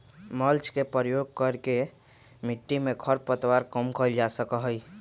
mulch के प्रयोग करके मिट्टी में खर पतवार कम कइल जा सका हई